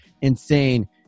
insane